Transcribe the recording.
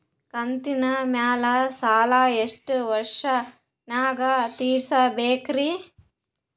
ಕಂತಿನ ಮ್ಯಾಲ ಸಾಲಾ ಎಷ್ಟ ವರ್ಷ ನ್ಯಾಗ ತೀರಸ ಬೇಕ್ರಿ?